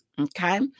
Okay